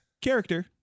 character